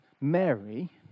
Mary